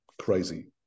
crazy